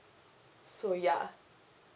so ya